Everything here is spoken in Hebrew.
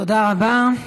תודה רבה.